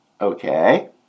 Okay